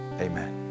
amen